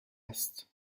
است